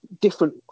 different